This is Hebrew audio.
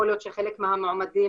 יכול להיות שחלק מהמועמדים,